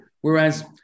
Whereas